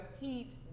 heat